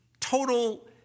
total